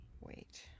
wait